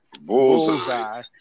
Bullseye